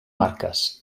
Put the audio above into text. marques